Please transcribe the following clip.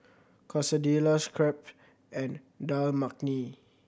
Quesadillas Crepe and Dal Makhani